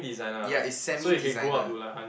ya is semi designer